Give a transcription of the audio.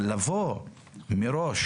לבוא ומראש